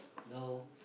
no